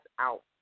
out